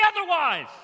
otherwise